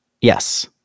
Yes